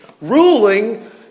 ruling